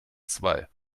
zwei